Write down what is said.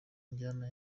njyana